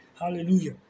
Hallelujah